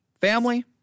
family